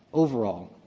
overall,